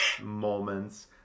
moments